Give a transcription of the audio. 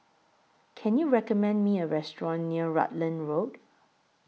Can YOU recommend Me A Restaurant near Rutland Road